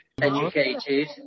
Educated